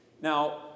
Now